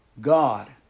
God